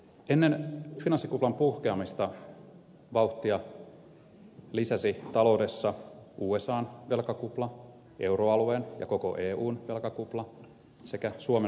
ennen finanssikuplan puhkeamista vauhtia lisäsi taloudessa usan velkakupla euroalueen ja koko eun velkakupla sekä suomen velkakupla